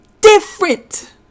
different